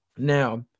Now